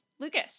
Lucas